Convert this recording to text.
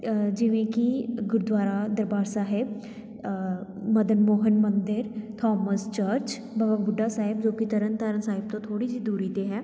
ਜਿਵੇਂ ਕਿ Gurdwara Darbar Sahib Madan Mohan Mandir Thomas Church Baba Buddha Sahib ਜੋ ਕਿ ਤਰਨ ਤਾਰਨ ਸਾਹਿਬ ਤੋਂ ਥੋੜ੍ਹੀ ਜਿਹੀ ਦੂਰੀ 'ਤੇ ਹੈ